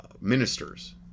ministers